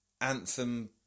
Anthem